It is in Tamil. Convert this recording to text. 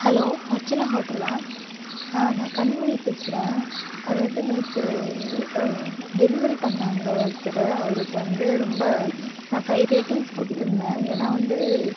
ஹலோ அர்ச்சனா ஹோட்டல்லா ஆ நான் கனிமொழி பேசுகிறேன் அதாவது நேற்று டெலிவரி பண்ணிணாங்க ஒருத்தர் அவருக்கு வந்து ரொம்ப நான் ஃபைவ் ரேட்டிங்ஸ் கொடுத்துந்தேன் ஏன்னால் வந்து